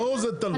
ברור שזה תלוי.